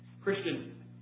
Christian